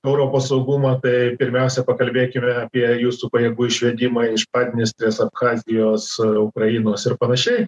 europos saugumą tai pirmiausia pakalbėkime apie jūsų pajėgų išvedimą iš padniestrės abchazijos ukrainos ir panašiai